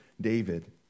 David